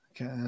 okay